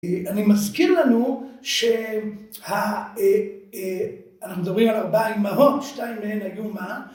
אני מזכיר לנו שאנחנו מדברים על ארבעה אמהות, שתיים מהן היו מה?